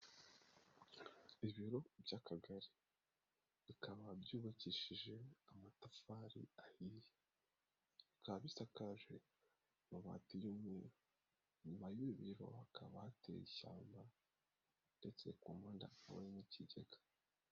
Ibiro by'akagari, bikaba byubakishije amatafari ahiye, bikaba bisakaje amabati, inyuma y'ibiro hakaba hateye ishyamba ndetse ku ruhande hakaba hari n'ikigega.